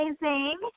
amazing